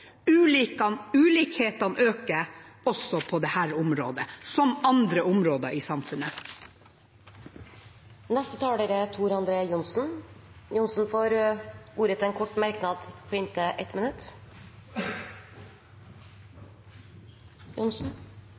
bedre. Ulikhetene øker på dette området som på andre områder i samfunnet. Representanten Tor André Johnsen har hatt ordet to ganger tidligere og får ordet til en kort merknad, begrenset til 1 minutt.